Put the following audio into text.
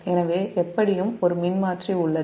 எனவே எப்படியும் ஒரு மின்மாற்றி உள்ளது